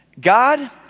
God